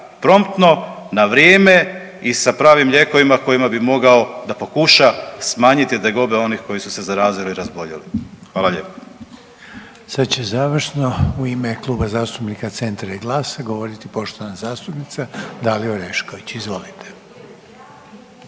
promptno, na vrijeme i sa pravim lijekovima kojima bi mogao da pokuša smanjiti tegobe onih koji su se zarazili i razboljeli. Hvala lijepo. **Reiner, Željko (HDZ)** Sad će završno u ime Kluba zastupnika Centra i GLAS-a govoriti poštovana zastupnica Dalija Orešković, izvolite.